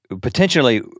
potentially